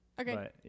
Okay